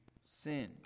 sin